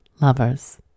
lovers